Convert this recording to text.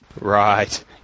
Right